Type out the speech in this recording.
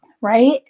right